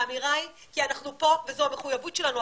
האמירה היא כי אנחנו פה וזו המחויבות שלנו,